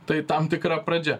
tai tam tikra pradžia